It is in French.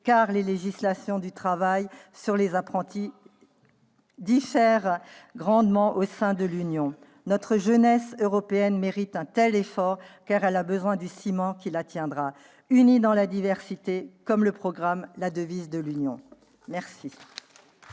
car les législations du travail sur les apprentis diffèrent grandement au sein de l'Union. Notre jeunesse européenne mérite un tel effort, car elle a besoin du ciment qui la tiendra « unie dans la diversité », comme le proclame la devise de l'Union. La